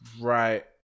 right